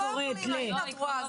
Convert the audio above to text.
הנה,